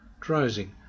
drowsing